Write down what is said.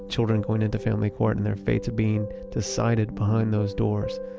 children going and to family court and their fates being decided behind those doors.